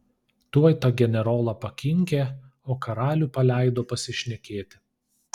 tuoj tą generolą pakinkė o karalių paleido pasišnekėti